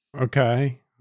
Okay